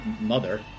Mother